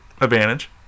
advantage